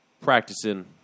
practicing –